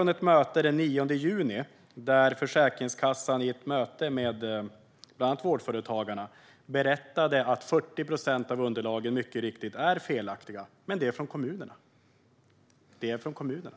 På ett möte den 9 juni berättade Försäkringskassan för bland andra Vårdföretagarna att 40 procent av underlagen är felaktiga, men de kommer från kommunerna.